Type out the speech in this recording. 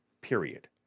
period